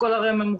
הכול הרי ממוחשב.